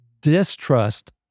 Distrust